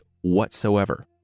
whatsoever